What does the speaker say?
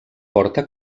porta